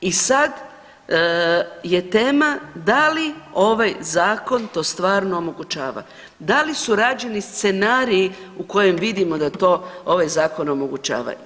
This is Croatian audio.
I sad je tema da li ovaj zakon to stvarno omogućava, da li su rađeni scenariji u kojem vidimo da to ovaj zakon omogućava.